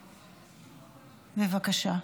בבקשה.